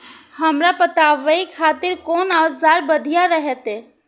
हमरा पटावे खातिर कोन औजार बढ़िया रहते?